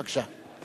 בבקשה.